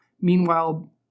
Meanwhile